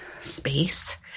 space